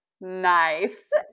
Nice